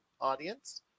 audience